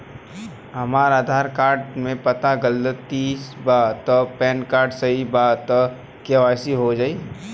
हमरा आधार कार्ड मे पता गलती बा त पैन कार्ड सही बा त के.वाइ.सी हो जायी?